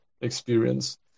experience